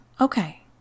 Okay